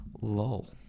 Lol